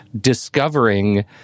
discovering